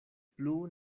plu